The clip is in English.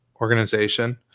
organization